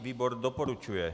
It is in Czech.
Výbor doporučuje.